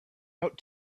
out